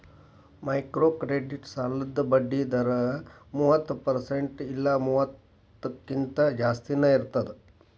microcredit ಸಾಲದ್ ಬಡ್ಡಿ ದರ ಮೂವತ್ತ ಪರ್ಸೆಂಟ್ ಇಲ್ಲಾ ಮೂವತ್ತಕ್ಕಿಂತ ಜಾಸ್ತಿನಾ ಇರ್ತದ